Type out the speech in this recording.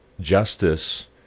justice